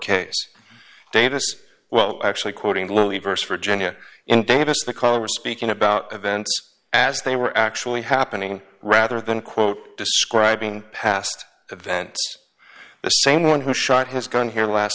case davis well actually quoting louis verse virginia and davis the caller were speaking about events as they were actually happening rather than quote describing past events the same one who shot his gun here last